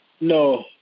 No